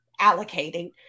allocating